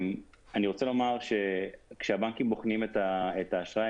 אני רוצה לומר שכשהבנקים בוחנים את האשראי